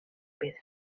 pedra